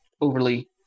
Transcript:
overly